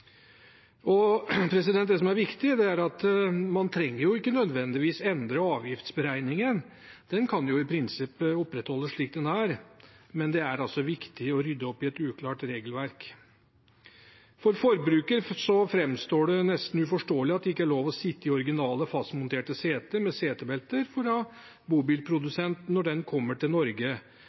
Det som er viktig, er at man ikke nødvendigvis trenger å endre avgiftsberegningen. Den kan i prinsippet opprettholdes slik den er, men det er altså viktig å rydde opp i et uklart regelverk. For forbrukeren framstår det nesten som uforståelig at det ikke er lov å sitte i originale fastmonterte seter med setebelte fra bobilprodusenten når bilen kommer til Norge